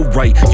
right